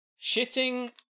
shitting